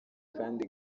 kandi